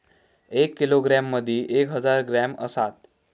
एक किलोग्रॅम मदि एक हजार ग्रॅम असात